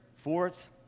fourth